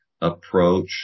approach